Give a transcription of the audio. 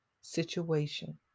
situation